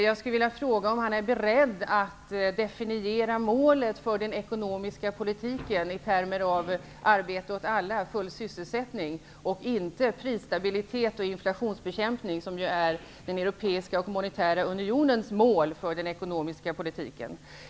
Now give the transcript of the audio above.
Är Ingvar Carlsson beredd att definiera målet för den ekonomiska politiken i termer av arbete åt alla och full sysselsättning och inte i termer av prisstabilitet och inflationsbekämpning, som ju är den europeiska och monetära unionens mål för den ekonomiska politiken?